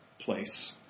place